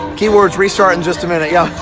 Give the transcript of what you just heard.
key words restart in just and yeah